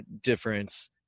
difference